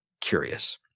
curious